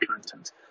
content